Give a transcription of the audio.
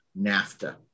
NAFTA